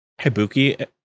hibuki